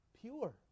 pure